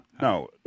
No